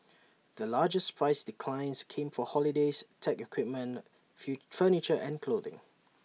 the largest price declines came for holidays tech equipment feel furniture and clothing